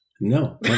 No